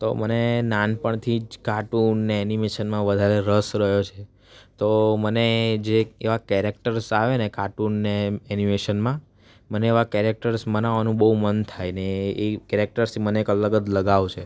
તો મને નાનપણથી જ કાર્ટુન ને એનિમેશનમાં વધારે રસ રહ્યો છે તો મને જે એવા કેરેક્ટર્સ આવે ને કાર્ટુન ને એનિમેશનમાં મને એવા કેરેક્ટર્સ બનાવવાનું બહુ મન થાય ને એ કેરેક્ટર્સથી મને અલગ જ લગાવ છે